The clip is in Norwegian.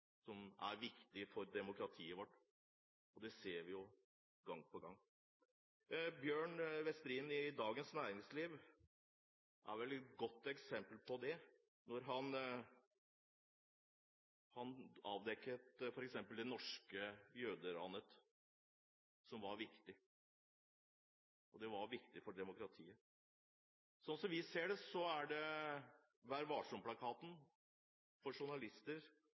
som er viktig for demokratiet vårt. Det ser vi gang på gang. Bjørn Westlie i Dagens Næringsliv er vel et godt eksempel på det, da han f.eks. avdekket det norske jøderanet. Det var viktig for demokratiet. Slik vi ser det, er Vær Varsom-plakaten for journalister en pekepinn. Men la ikke gamle regler være begrensende for at journalister